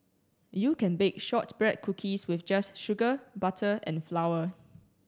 you can bake shortbread cookies with just sugar butter and flour